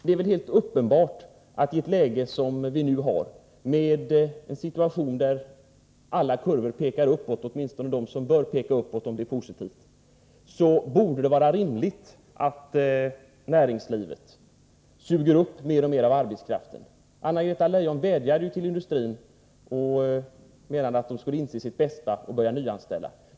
Det är väl helt uppenbart att i ett läge som det vi nu har, där alla kurvor pekar uppåt — åtminstone de som bör peka uppåt — borde det vara rimligt att näringslivet suger upp mer och mer av arbetskraften. Anna-Greta Leijon vädjade till industrin och menade att den borde inse sitt bästa och börja nyanställa.